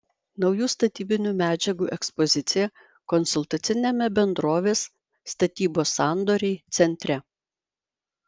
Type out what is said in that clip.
naujų statybinių medžiagų ekspozicija konsultaciniame bendrovės statybos sandoriai centre